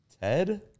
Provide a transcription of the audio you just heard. Ted